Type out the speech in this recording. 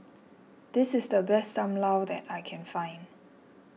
this is the best Sam Lau that I can find